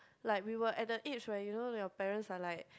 like we were at the age where you know your parents are like